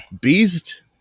beast